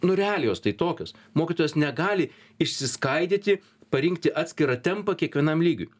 nu realijos tai tokios mokytojas negali išsiskaidyti parinkti atskirą tempą kiekvienam lygiui